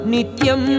Nityam